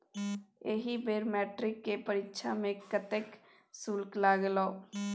एहि बेर मैट्रिक केर परीक्षा मे कतेक शुल्क लागलौ?